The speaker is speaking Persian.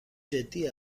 جدی